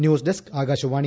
news desk Akashvani